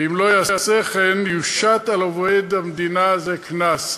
ואם לא יעשה כן, יושת על עובד המדינה הזה קנס.